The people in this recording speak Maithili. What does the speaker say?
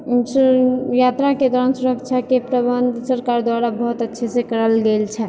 यात्राके दौरान सुरक्षाके प्रबन्ध सरकार द्वारा बहुत अच्छे से करल गेल छै